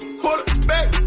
quarterback